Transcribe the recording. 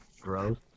gross